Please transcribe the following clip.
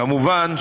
כמובן,